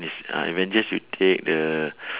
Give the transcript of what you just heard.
miss uh avengers you take the